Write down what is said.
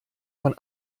von